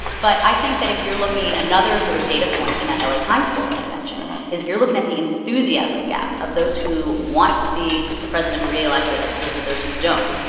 but i think that if you're looking another sort of data point in that la like times poll that i mentioned is if you're looking at the enthusiasm gap of those who want to see the president re-elected as opposed to those who don't,